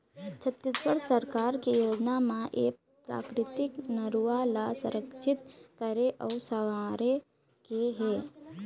छत्तीसगढ़ सरकार के योजना म ए प्राकृतिक नरूवा ल संरक्छित करे अउ संवारे के हे